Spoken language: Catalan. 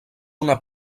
una